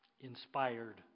inspired